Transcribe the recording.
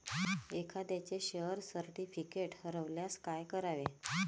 एखाद्याचे share certificate हरवल्यास काय करावे?